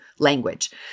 language